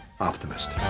Optimist